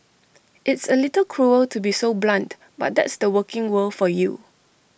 it's A little cruel to be so blunt but that's the working world for you